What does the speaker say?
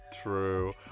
True